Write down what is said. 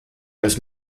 als